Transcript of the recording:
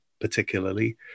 particularly